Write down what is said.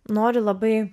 nori labai